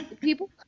people